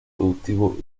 productivo